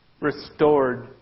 restored